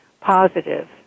positive